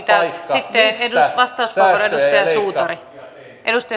ei niitä ole mistään ulkoa määrätty